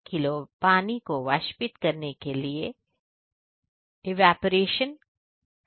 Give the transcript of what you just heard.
1 kilo पानी को वाष्पित करने के लिए इवेपरेशन करते हैं